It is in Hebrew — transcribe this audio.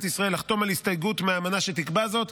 ישראל לחתום על הסתייגות מהאמנה שתקבע זאת.